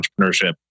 entrepreneurship